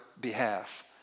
behalf